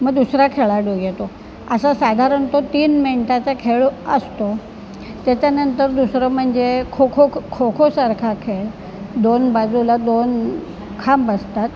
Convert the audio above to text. मग दुसरा खेळाडू येतो असा साधारण तो तीन मिनटाचा खेळ असतो त्याच्यानंतर दुसरं म्हणजे खो खो खो खो खोसारखा खेळ दोन बाजूला दोन खांब असतात